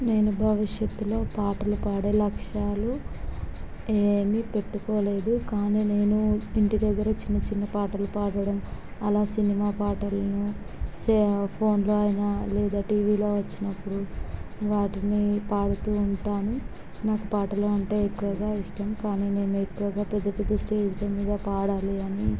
నేను భవిషత్తులో పాటలు పాడే లక్ష్యాలు ఏమి పెట్టుకోలేదు కానీ నేను ఇంటి దగ్గర చిన్న చిన్న పాటలు పాడడం ఆలా సినిమా పాటలను ఫోన్లో అయినా లేదా టీవీలో వచ్చినప్పుడు వాటిని పాడుతూ ఉంటాను నాకు పాటలు అంటే ఎక్కువగా ఇష్టం కానీ నేను ఎక్కువగా పెద్ద పెద్ద స్టాజీల మీద పాడాలి అని